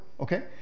Okay